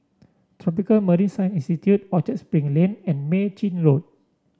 Tropical Marine Science Institute Orchard Spring Lane and Mei Chin Road